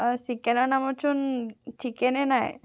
চিকেনৰ নামতচোন চিকেনে নাই